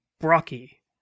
Brocky